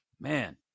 man